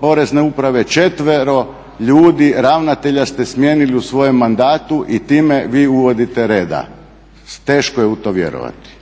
porezne uprave, četvero ljudi ravnatelja ste smijenili u svojem mandatu i time vi uvodite reda. Teško je u to vjerovati.